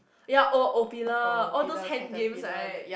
ya oh oh pillar all those hand games right